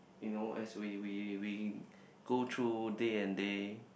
you know as we we we go through day and day